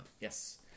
Yes